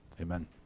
Amen